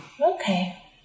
Okay